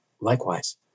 likewise